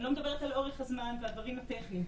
אני לא מדברת על אורך הזמן והדברים הטכניים,